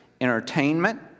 entertainment